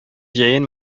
җәен